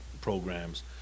programs